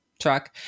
truck